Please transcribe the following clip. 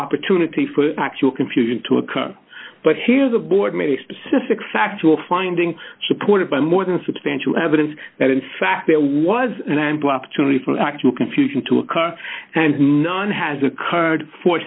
opportunity for actual confusion to occur but here's a board made a specific factual finding supported by more than substantial evidence that in fact there was an ample opportunity for actual confusion to a car and none has occurred for